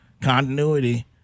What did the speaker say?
Continuity